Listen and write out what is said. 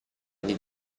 gli